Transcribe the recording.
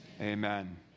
amen